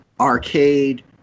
arcade